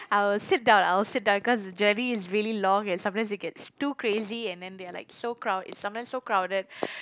I will sit down I will sit down cause the journey is really long and sometimes it gets too crazy and then they are like so crowd it's sometimes so crowded